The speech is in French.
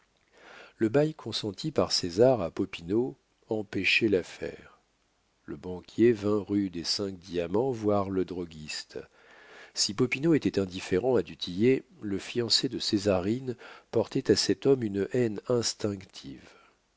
le bail consenti par césar à popinot empêchait l'affaire le banquier vint rue des cinq diamants voir le droguiste si popinot était indifférent à du tillet le fiancé de césarine portait à cet homme une haine instinctive